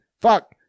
fuck